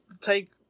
take